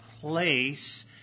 place